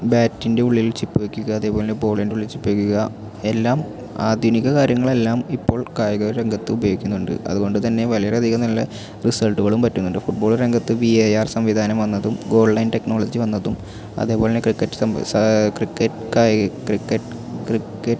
ബാറ്റിൻ്റെ ഉള്ളിൽ ചിപ്പ് വെക്കുക അതേപോലെ തന്നെ ബോളിൻ്റെ ഉള്ളിൽ ചിപ്പ് വെക്കുക എല്ലാം ആധുനിക കാര്യങ്ങളെല്ലാം ഇപ്പോൾ കായികരംഗത്തും ഉപയോഗിക്കുന്നുണ്ട് അതുകൊണ്ടുതന്നെ വളരെയധികം നല്ല റിസൾട്ടുകളും പറ്റുന്നുണ്ട് ഫുട് ബോൾ രംഗത്ത് വി എ ആർ സംവിധാനം വന്നതും ഗോൾ ലൈൻ ടെക്നോളജി വന്നതും അതുപോലെതന്നെ ക്രിക്കറ്റ് സാ ക്രിക്കറ്റ് കായി ക്രിക്കറ്റ് ക്രിക്കറ്റ്